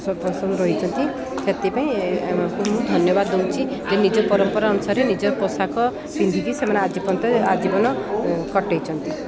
ପସନ୍ଦ ରହିଛି ତ ସେଥିପାଇଁ ଆମକୁ ମୁଁ ଧନ୍ୟବାଦ ଦେଉଛି ଯେ ନିଜ ପରମ୍ପରା ଅନୁସାରେ ନିଜ ପୋଷାକ ପିନ୍ଧିକି ସେମାନେ ଆଜି ପର୍ଯ୍ୟନ୍ତ ଆଜୀବନ କଟେଇଛନ୍ତି